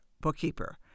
bookkeeper